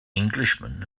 englishman